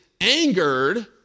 angered